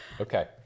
okay